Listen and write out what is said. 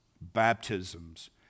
baptisms